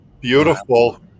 Beautiful